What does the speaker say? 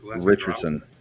Richardson